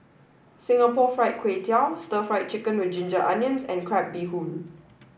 Singapore Fried Kway Tiao Stir Fried Chicken with Ginger Onions and Crab Bee Hoon